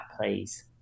please